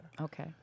Okay